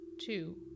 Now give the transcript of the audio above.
two